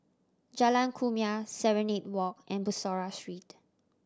Jalan Kumia Serenade Walk and Bussorah Street